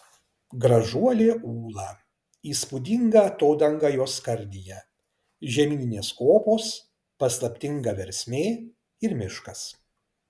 gražuolė ūla įspūdinga atodanga jos skardyje žemyninės kopos paslaptinga versmė ir miškas